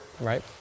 right